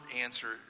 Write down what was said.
answer